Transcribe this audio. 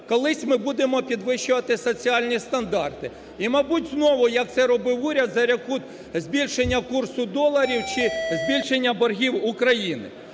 колись ми будемо підвищувати соціальні стандарти. І, мабуть, знову, як це робив уряд, за рахунок збільшення курсу доларів чи збільшення боргів України.